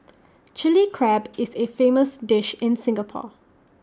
Chilli Crab is A famous dish in Singapore